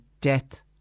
death